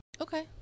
Okay